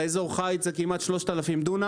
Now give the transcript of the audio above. אזור חיץ זה כמעט 3000 דונם.